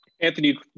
Anthony